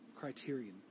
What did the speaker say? Criterion